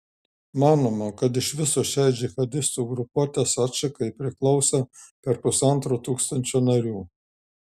manoma kad iš viso šiai džihadistų grupuotės atšakai priklauso per pusantro tūkstančio narių